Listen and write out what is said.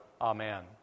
Amen